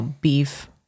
beef